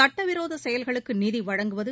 சட்ட விரோத செயல்களுக்கு நிதி வழங்குவது